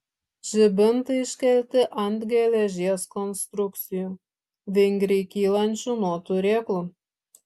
žibintai iškelti ant geležies konstrukcijų vingriai kylančių nuo turėklų